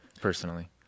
personally